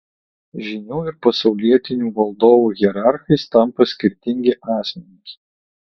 žynių ir pasaulietinių valdovų hierarchais tampa skirtingi asmenys